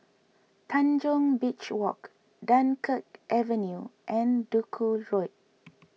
Tanjong Beach Walk Dunkirk Avenue and Duku Road